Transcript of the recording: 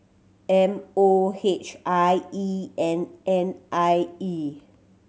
M O H I E and N I E